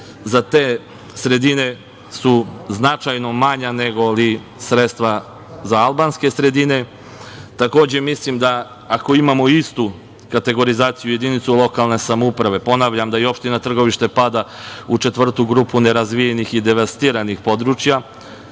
za te sredine su značajno manja, nego li sredstva za albanske sredine. Takođe, mislim da ako imamo istu kategorizaciju jedinice lokalne samouprave, ponavljam da i opština Trgovište spada u četvrtu grupu nerazvijenih i devastiranih područja,